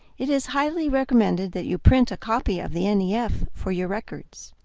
it is highly recommended that you print a copy of the and yeah nef for your records.